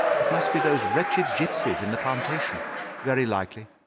it must be those wretched gipsies in the plantation very likely.